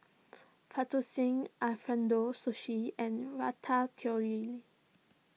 Fettuccine Alfredo Sushi and Ratatouille